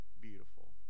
beautiful